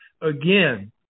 again